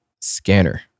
scanner